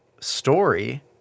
story